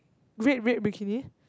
red red bikini